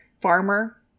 Farmer